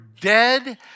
dead